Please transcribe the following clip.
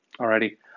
Alrighty